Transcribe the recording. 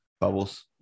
Bubbles